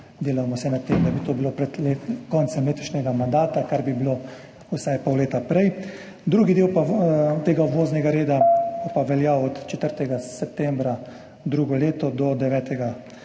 delamo vse na tem, da bi bilo to pred koncem letošnjega mandata, kar bi bilo vsaj pol leta prej. Drugi del tega voznega reda pa bo veljal od 4. septembra drugo leto do 9. decembra,